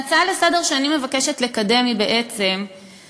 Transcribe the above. ההצעה לסדר-היום שאני מבקשת לקדם היא הכנסה